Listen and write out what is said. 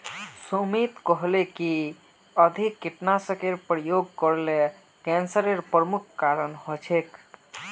सुमित कहले कि अधिक कीटनाशेर प्रयोग करले कैंसरेर प्रमुख कारण हछेक